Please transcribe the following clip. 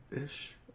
Ish